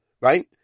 right